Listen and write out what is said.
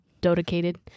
dedicated